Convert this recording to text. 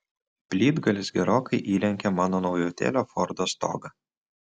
plytgalis gerokai įlenkė mano naujutėlio fordo stogą